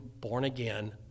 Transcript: born-again